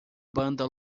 banda